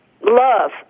love